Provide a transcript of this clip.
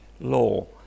law